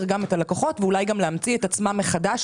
גם את הלקוחות ואולי גם להמציא את עצמם מחדש,